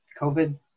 covid